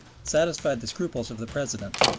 satisfied the scruples of the president,